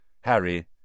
Harry